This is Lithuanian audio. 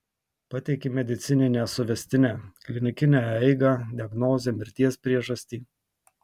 pateikė medicininę suvestinę klinikinę eigą diagnozę mirties priežastį